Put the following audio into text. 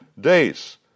days